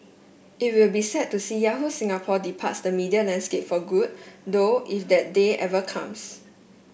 it will be sad to see Yahoo Singapore departs the media landscape for good though if that day ever comes